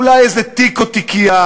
אולי איזה תיק או תיקייה,